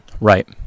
right